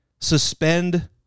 suspend